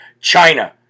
China